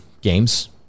games